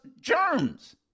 germs